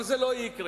אבל זה לא יקרה.